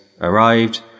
arrived